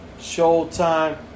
Showtime